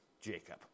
Jacob